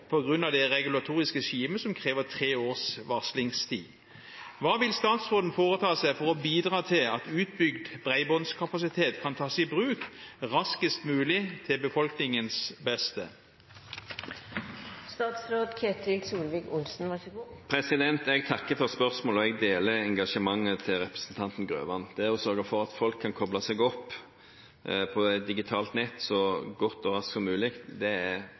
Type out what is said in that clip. det regulatoriske regimet som krever tre års varslingstid. Hva vil statsråden foreta seg for å bidra til at utbygd bredbåndskapasitet kan tas i bruk raskest mulig til befolkningens beste?» Jeg takker for spørsmålet, og jeg deler engasjementet til representanten Grøvan. Det å sørge for at folk kan koble seg opp på et digitalt nett så godt og så raskt som mulig, er viktig for oss. Det